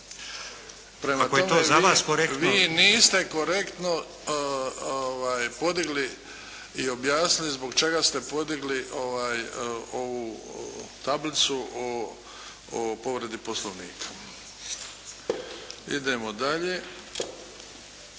… vi niste korektno podigli i objasnili zbog čega ste podigli ovu tablicu o povredi Poslovnika. Idemo dalje.